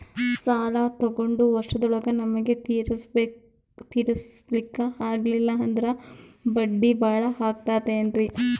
ಸಾಲ ತೊಗೊಂಡು ವರ್ಷದೋಳಗ ನಮಗೆ ತೀರಿಸ್ಲಿಕಾ ಆಗಿಲ್ಲಾ ಅಂದ್ರ ಬಡ್ಡಿ ಬಹಳಾ ಆಗತಿರೆನ್ರಿ?